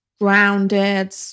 grounded